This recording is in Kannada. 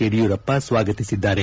ಯಡಿಯೂರಪ್ಪ ಸ್ವಾಗತಿಸಿದ್ದಾರೆ